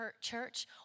church